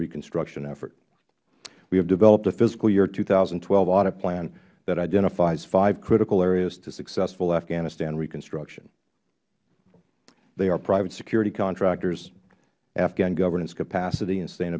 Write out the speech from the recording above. reconstruction effort we have developed a fiscal year two thousand and twelve audit plan that identifies five critical areas to successful afghanistan reconstruction they are private security contractors afghan governance capacity and